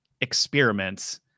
experiments